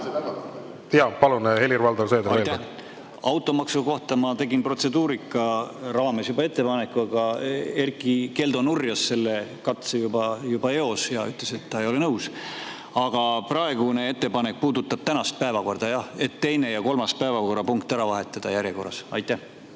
Jaa, palun Helir-Valdor